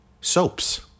soaps